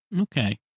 Okay